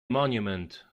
monument